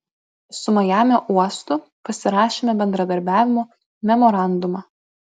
su majamio uostu pasirašėme bendradarbiavimo memorandumą